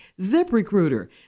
ZipRecruiter